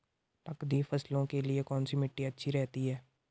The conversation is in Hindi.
नकदी फसलों के लिए कौन सी मिट्टी अच्छी रहती है?